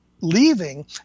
leaving